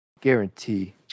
Guarantee